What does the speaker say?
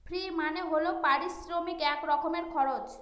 ফি মানে হল পারিশ্রমিক এক রকমের খরচ